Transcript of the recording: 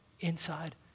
inside